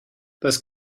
this